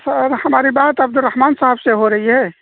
سر ہماری بات عبدالرحمان صاحب سے ہو رہی ہے